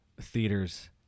theaters